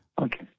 Okay